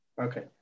okay